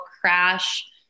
crash